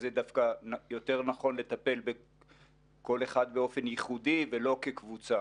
זה דווקא יותר נכון לטפל בכל אחד באופן ייחודי ולא כקבוצה.